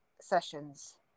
sessions